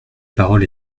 parole